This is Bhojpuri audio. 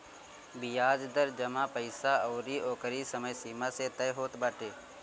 बियाज दर जमा पईसा अउरी ओकरी समय सीमा से तय होत बाटे